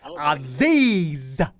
Aziz